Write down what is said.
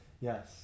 yes